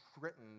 written